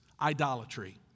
idolatry